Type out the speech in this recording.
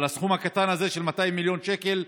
אבל הסכום הקטן הזה, של 200 מיליון שקל,